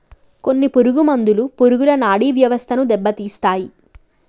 కొన్ని పురుగు మందులు పురుగుల నాడీ వ్యవస్థను దెబ్బతీస్తాయి